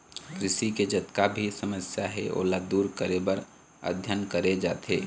कृषि के जतका भी समस्या हे ओला दूर करे बर अध्ययन करे जाथे